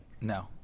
no